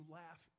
laugh